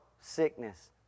sickness